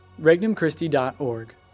Regnumchristi.org